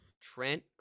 Trent